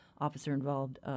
officer-involved